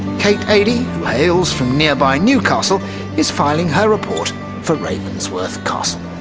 kate adie, who hails from nearby newcastle is filing her report for ravensworth castle.